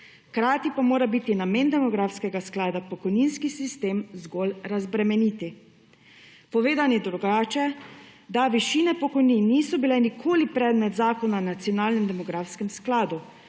hkrati pa mora biti namen demografskega sklada pokojninski sistem zgolj razbremeniti. Povedano drugače, da višine pokojnin niso bile nikoli predmet Zakona o nacionalnem demografskem skladu,